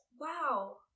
wow